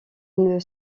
une